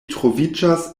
troviĝas